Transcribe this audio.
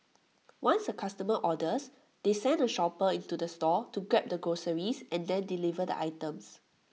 once A customer orders they send A shopper into the store to grab the groceries and then deliver the items